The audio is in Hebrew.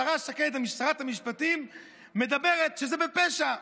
השרה שקד, שרת המשפטים, מדברת על זה שזה פשע,